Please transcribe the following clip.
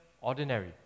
ordinary